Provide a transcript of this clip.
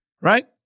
right